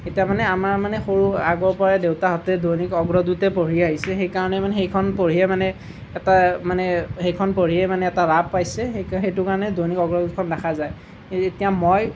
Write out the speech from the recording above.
এতিয়া মানে আমাৰ মানে সৰুৰে আগৰ পৰাই দেউতাহঁতে দৈনিক অগ্ৰদূতে পঢ়ি আহিছে সেইকাৰণে মানে সেইখন পঢ়িয়ে মানে এটা মানে সেইখন পঢ়িয়ে মানে এটা ৰাপ পাইছে সেইকা সেইটো কাৰণে দৈনিক অগ্ৰদূতখনেই ৰাখা যায় এতিয়া মই